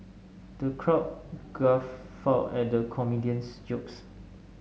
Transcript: the crowd guffawed at the comedian's jokes